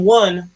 one